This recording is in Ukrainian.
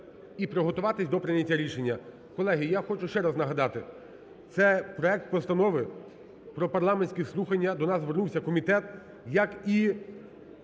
і приготуватись до прийняття рішення. Колеги, я хочу ще раз нагадати, це проект Постанови про парламентські слухання, до нас звернувся комітет, як і